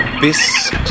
bis